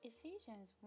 Ephesians